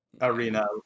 arena